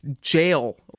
jail